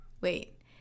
wait